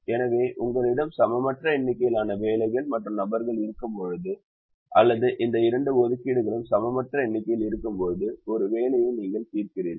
எனவே உங்களிடம் சமமற்ற எண்ணிக்கையிலான வேலைகள் மற்றும் நபர்கள் இருக்கும்போது அல்லது இந்த இரண்டு ஒதுக்கீடுகளிலும் சமமற்ற எண்ணிக்கையில் இருக்கும்போது ஒரு வேலையை நீங்கள் தீர்க்கிறீர்கள்